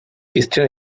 piston